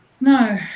no